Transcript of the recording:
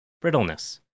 Brittleness